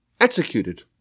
executed